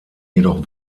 jedoch